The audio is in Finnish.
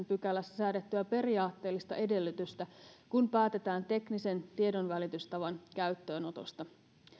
pykälässä säädettyä periaatteellista edellytystä kun päätetään teknisen tiedonvälitystavan käyttöönotosta